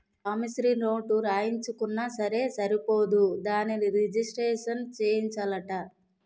promissory note రాయించుకున్నా సరే సరిపోదు దానిని రిజిస్ట్రేషను సేయించాలట